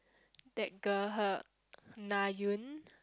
that girl her Na-Eun